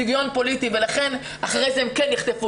הצביון הוא פוליטי ולכן אחר כן יחטפו